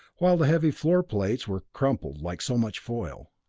while the heavy floor plates were crumpled like so much foil.